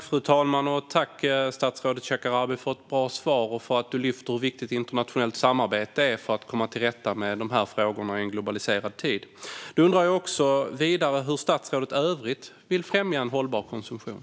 Fru talman! Jag tackar statsrådet Shekarabi för ett bra svar och för att han lyfter upp hur viktigt internationellt samarbete är för att komma till rätta med dessa frågor i en globaliserad tid. Jag undrar vidare: Hur vill statsrådet i övrigt främja en hållbar konsumtion?